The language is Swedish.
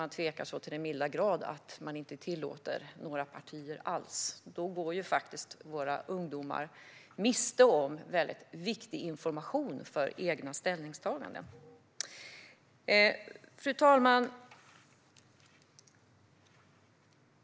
De ska inte tveka så till den milda grad att de inte tillåter några partier alls. Då går faktiskt våra ungdomar miste om väldigt viktig information för egna ställningstaganden. Fru talman!